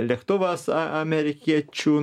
lėktuvas a amerikiečių